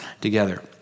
together